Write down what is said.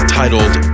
titled